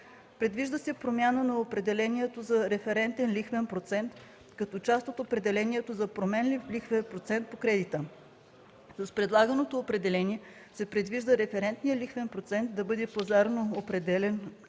Предвижда се промяна на определението за „референтен лихвен процент”, като част от определението за „променлив лихвен процент по кредита”. С предлаганото определение се предвижда референтният лихвен процент да бъде пазарно определян